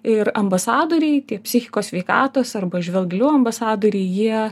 ir ambasadoriai tie psichikos sveikatos arba žvelk giliau ambasadoriai jie